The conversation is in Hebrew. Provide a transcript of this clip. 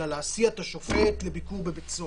אלא להסיע את השופט לביקור בבית סוהר.